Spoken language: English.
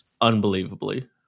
unbelievably